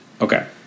Okay